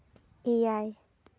ᱮᱭᱟᱭ